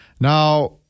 Now